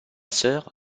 sœur